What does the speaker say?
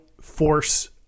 force